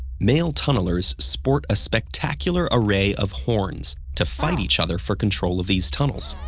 male tunnelers sport a spectacular array of horns to fight each other for control of these tunnels,